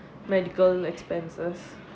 medical expenses